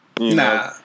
Nah